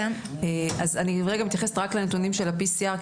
אז אני רגע מתייחסת רק לנתונים של ה-PCR,